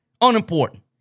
Unimportant